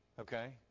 Okay